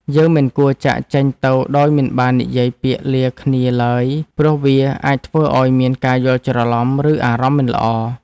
យើងមិនគួរចាកចេញទៅដោយមិនបាននិយាយពាក្យលាគ្នាឡើយព្រោះវាអាចធ្វើឱ្យមានការយល់ច្រឡំឬអារម្មណ៍មិនល្អ។